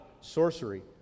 sorcery